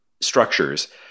structures